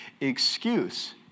excuse